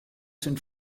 sind